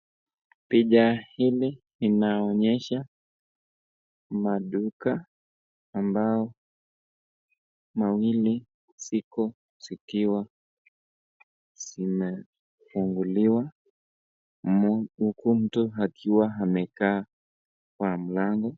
Picha hili inaonyesha maduka ambao mawili ziko zikiwa zimefunguliwa uku mtu akiwa amekaa kwa mlango.